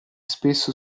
spesso